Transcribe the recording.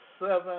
seven